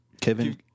kevin